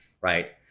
right